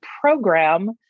program